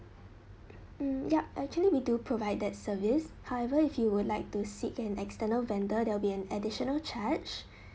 mm yup actually we do provide that service however if you would like to seek an external vendor there will be an additional charge